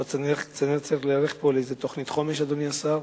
פה צריך להיערך לאיזו תוכנית חומש, אדוני השר.